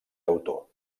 autor